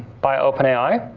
by open ai,